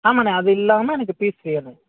ஆமாண்ணே அது இல்லாமல் எனக்கு பீஸ் வேணும்